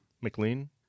McLean